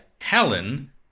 Helen